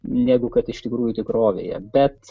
negu kad iš tikrųjų tikrovėje bet